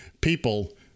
people